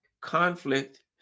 conflict